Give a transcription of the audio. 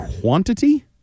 quantity